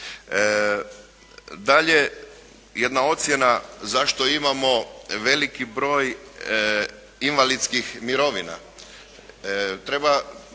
Dalje, jedna ocjena zašto imamo veliki broj invalidskih mirovina.